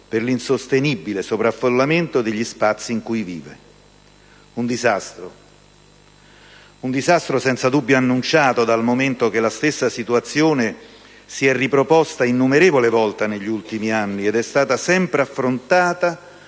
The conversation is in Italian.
per l'insostenibile sovraffollamento degli spazi in cui vive. Un disastro. Un disastro senza dubbio annunciato, dal momento che la stessa situazione si è riproposta innumerevoli volte negli ultimi anni ed è stata sempre affrontata